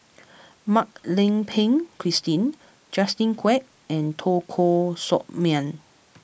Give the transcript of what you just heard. Mak Lai Peng Christine Justin Quek and Teo Koh Sock Miang